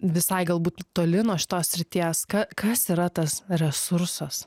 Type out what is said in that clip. visai galbūt toli nuo šitos srities kas kas yra tas resursas